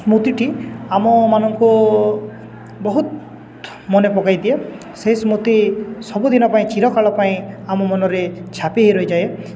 ସ୍ମୃତିଟି ଆମମାନଙ୍କୁ ବହୁତ ମନେ ପକେଇ ଦିଏ ସେଇ ସ୍ମୃତି ସବୁଦିନ ପାଇଁ ଚିରକାଳ ପାଇଁ ଆମ ମନରେ ଛାପି ହେଇ ରହିଯାଏ